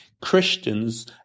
Christians